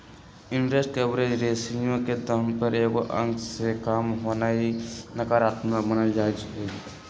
interest coverage ratio के दाम एगो अंक से काम होनाइ नकारात्मक मानल जाइ छइ